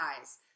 eyes